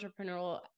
entrepreneurial